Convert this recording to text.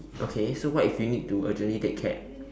okay so what if you need to urgently take cab